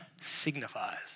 signifies